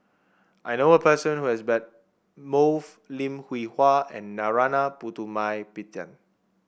I know a person who has met both Lim Hwee Hua and Narana Putumaippittan